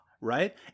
right